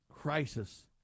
crisis